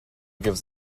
gives